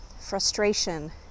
frustration